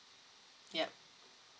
yup